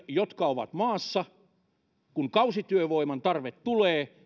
jotka ovat maassa kun kausityövoiman tarve tulee